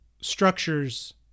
structures